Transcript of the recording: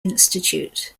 institute